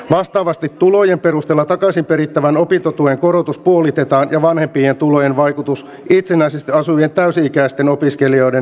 vastaavasti tulojen perusteella takaisin perittävän opintotuen korotus puolitetaan ja vanhempien tulojen vaikutus itsenäisesti asuvien täysi ikäisten opiskelijoiden opintorahaan poistuu